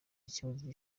ikibazo